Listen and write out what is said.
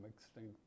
extinct